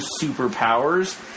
superpowers